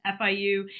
FIU